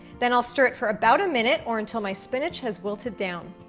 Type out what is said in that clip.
then i'll stir it for about a minute or until my spinach has wilted down.